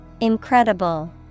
Incredible